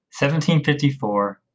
1754